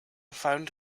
found